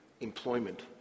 employment